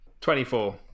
24